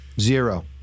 Zero